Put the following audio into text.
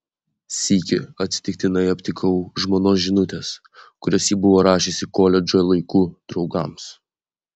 sykį atsitiktinai aptikau žmonos žinutes kurias ji buvo rašiusi koledžo laikų draugams